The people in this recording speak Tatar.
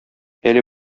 әле